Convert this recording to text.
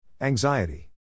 Anxiety